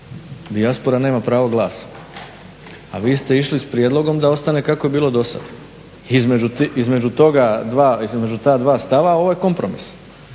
dijaspora nema pravo glasa, a vi ste išli s prijedlogom da ostane kako je bilo do sad. I između tih, između ta dva stava ovo je kompromis.